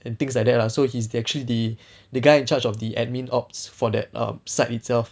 and things like that lah so he's actually the the guy in charge of the admin ops for that site itself